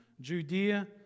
Judea